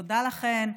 תודה לכן,